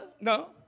No